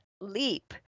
leap